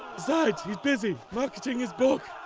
besides, he's busy, marketing his book.